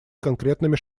конкретными